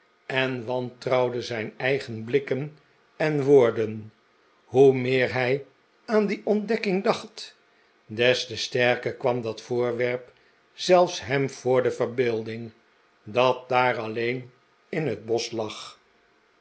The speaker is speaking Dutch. en wantrouwde zijn eigen blikken en woorden en hoe meer hij aan die ontdekking dacht des te sterker kwam dat voorwerp zelf hem voor de verbeelding dat daar alleen in het bosch lag